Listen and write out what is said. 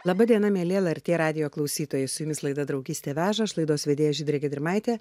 laba diena mieli lrt radijo klausytojai su jumis laida draugystė veža aš laidos vedėja žydrė gedrimaitė